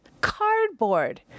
Cardboard